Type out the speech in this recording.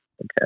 Okay